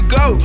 go